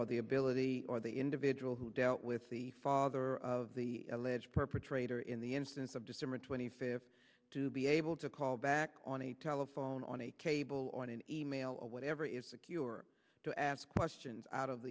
or the ability or the individual who dealt with the father of the alleged perpetrator in the instance of december twenty fifth to be able to call back on a telephone on a cable on an e mail or whatever is secure to ask questions out of